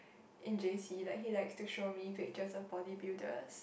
in J_C like he likes to show me pictures of bodybuilders